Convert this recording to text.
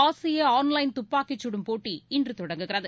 ஆசியஆன்லைன் துப்பாக்கிச் சுடும் போட்டி இன்றுதொடங்குகிறது